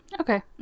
Okay